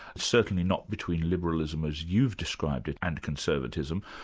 certainly not between liberalism as you've described it, and conservatism,